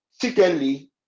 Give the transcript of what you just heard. Secondly